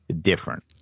different